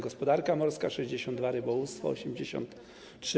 Gospodarka morska, 62: Rybołówstwo, 83: